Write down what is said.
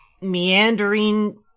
meandering